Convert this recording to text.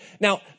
Now